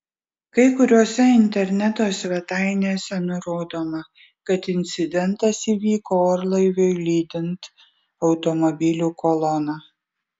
kai kuriose interneto svetainėse nurodoma kad incidentas įvyko orlaiviui lydint automobilių koloną